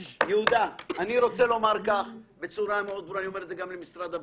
אני רוצה לומר בצורה ברורה ואני אומר את זה גם למשרד הבריאות.